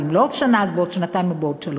ואם לא בעוד שנה אז בעוד שנתיים או בעוד שלוש.